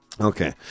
Okay